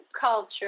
culture